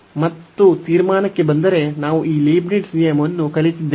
ಮತ್ತು ತೀರ್ಮಾನಕ್ಕೆ ಬಂದರೆ ನಾವು ಈ ಲೀಬ್ನಿಟ್ಜ್ ನಿಯಮವನ್ನು ಕಲಿತಿದ್ದೇವೆ